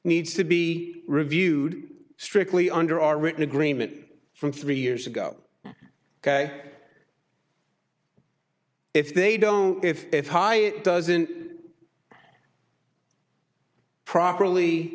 needs to be reviewed strictly under our written agreement from three years ago ok if they don't if they've high it doesn't properly